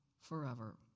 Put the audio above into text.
forever